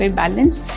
balance